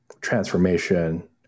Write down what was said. Transformation